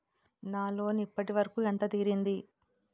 నా లోన్ ఇప్పటి వరకూ ఎంత తీరింది?